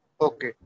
okay